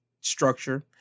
structure